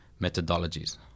methodologies